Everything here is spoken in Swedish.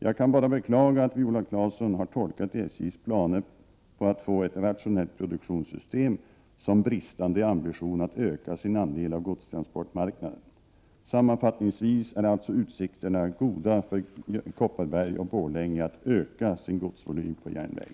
Jag kan bara beklaga att Viola Claesson har tolkat SJ:s planer på att få ett rationellt produktionssystem som bristande ambition att öka sin andel av godstransportmarknaden. Sammanfattningsvis är alltså utsikterna goda för Kopparberg och Borlänge att öka sin godsvolym på järnväg.